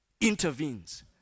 intervenes